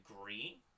agree